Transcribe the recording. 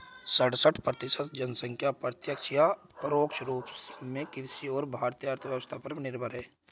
सड़सठ प्रतिसत जनसंख्या प्रत्यक्ष या परोक्ष रूप में कृषि और भारतीय अर्थव्यवस्था पर निर्भर है